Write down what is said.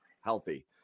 healthy